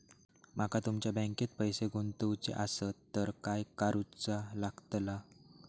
माका तुमच्या बँकेत पैसे गुंतवूचे आसत तर काय कारुचा लगतला?